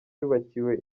yubakiwe